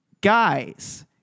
Guys